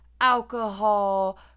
alcohol